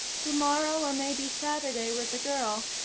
tomorrow or maybe saturday with the girl.